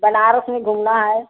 बनारस में घूमना है